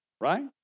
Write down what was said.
right